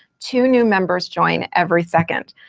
two new members join every second.